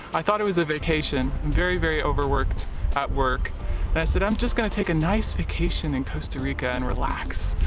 i thought it was a vacation and very very overworked at work i said i'm just gonna take a nice vacation in costa rica and relax.